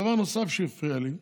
דבר נוסף שהפריע לי,